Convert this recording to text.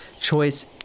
choice